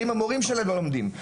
אם המורים שלהם לא לומדים את זה?